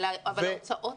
אבל ההוצאות